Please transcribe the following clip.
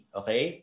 okay